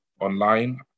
online